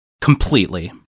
Completely